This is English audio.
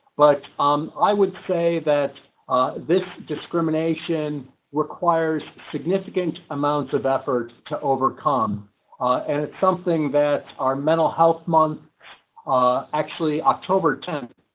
but um i would say that this discrimination requires significant amounts of efforts to overcome and something that our mental health month actually october temp